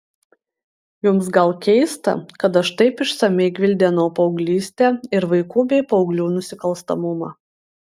jums gal keista kad aš taip išsamiai gvildenau paauglystę ir vaikų bei paauglių nusikalstamumą